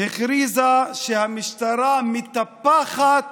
הכריזה שהמשטרה מטפחת